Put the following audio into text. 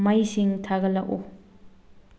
ꯃꯩꯁꯤꯡ ꯊꯥꯒꯠꯂꯛꯎ